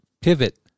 pivot